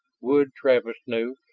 would, travis knew,